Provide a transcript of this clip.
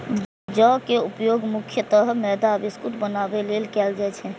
जौ के उपयोग मुख्यतः मैदा आ बिस्कुट बनाबै लेल कैल जाइ छै